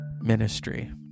ministry